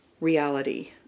reality